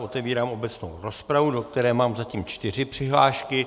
Otevírám obecnou rozpravu, do které mám zatím čtyři přihlášky.